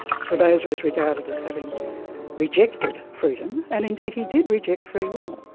spinoza is regarded as having rejected freedom, and indeed he did reject free will.